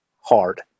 hard